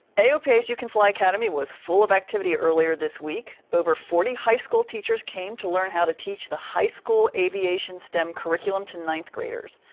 aopa you can fly academy was full of activity earlier this week. over forty high school teachers came to learn how to teach the high school aviation stem curriculum to ninth graders.